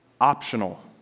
optional